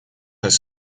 has